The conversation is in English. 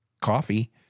coffee